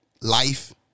Life